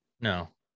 No